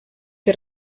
que